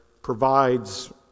provides